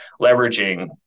leveraging